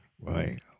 Right